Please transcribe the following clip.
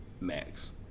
max